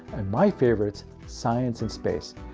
and my favorites science and space.